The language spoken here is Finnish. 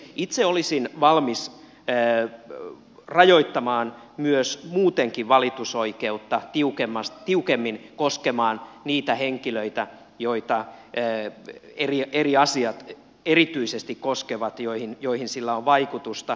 itse olisin valmis rajoittamaan myös muutenkin valitusoikeutta tiukemmin koskemaan niitä henkilöitä joita eri asiat erityisesti koskevat joihin sillä on vaikutusta